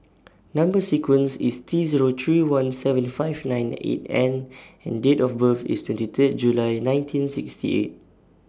Number sequence IS T Zero three one seventy five nine eight N and Date of birth IS twenty three July nineteen sixty eight